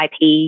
IP